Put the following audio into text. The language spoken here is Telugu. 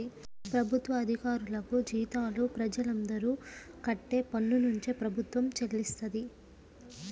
ప్రభుత్వ అధికారులకు జీతాలు ప్రజలందరూ కట్టే పన్నునుంచే ప్రభుత్వం చెల్లిస్తది